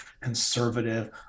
conservative